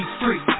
free